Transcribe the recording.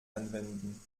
anwenden